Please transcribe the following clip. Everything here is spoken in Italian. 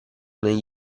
negli